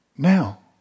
Now